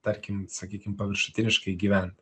tarkim sakykim paviršutiniškai gyvent